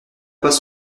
pas